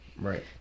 Right